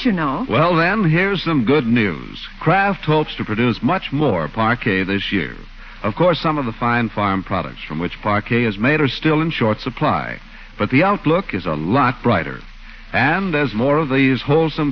you know well then here's some good news kraft helps to produce much more parquet this year of course some of the fine farm products from which parquet is made are still in short supply but the outlook is a lot brighter and as more of these wholesome